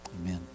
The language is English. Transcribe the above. Amen